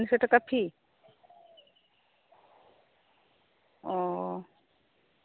ᱚ